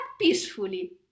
peacefully